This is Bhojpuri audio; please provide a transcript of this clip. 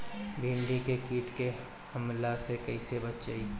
भींडी के कीट के हमला से कइसे बचाई?